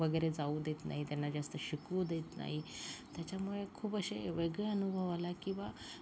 वगैरे जाऊ देत नाही त्यांना जास्त शिकू देत नाही त्याच्यामुळे खूप असे वेगळा अनुभव आला की बुवा